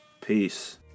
Peace